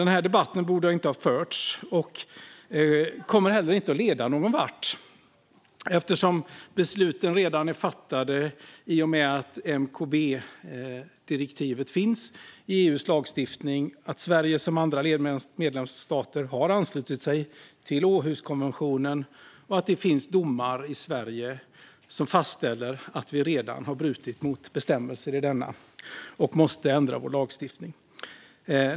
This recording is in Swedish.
Den här debatten borde inte föras, och den kommer inte att leda någonvart. Besluten är redan fattade i och med att MKB-direktivet finns i EU:s lagstiftning, och Sverige har liksom andra medlemsstater anslutit sig till Århuskonventionen. Det finns också domar i Sverige som fastställer att vi redan har brutit mot bestämmelser i denna och att vi måste ändra vår lagstiftning.